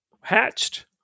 hatched